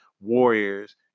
Warriors